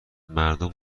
مردم